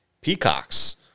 peacocks